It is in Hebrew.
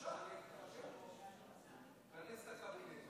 תכנס את הקבינט.